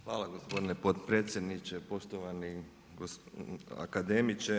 Hvala gospodine potpredsjedniče, poštovani akademiče.